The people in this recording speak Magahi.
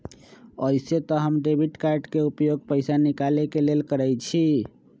अइसे तऽ हम डेबिट कार्ड के उपयोग पैसा निकाले के लेल करइछि